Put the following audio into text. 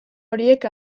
horiek